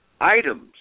items